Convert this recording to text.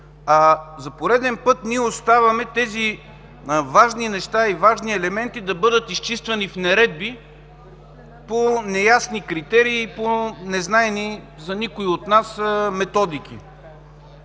За пореден път ние оставяме тези важни неща и важни елементи да бъдат изчиствани в наредби по неясни критерии и по незнайни за никой от нас методики.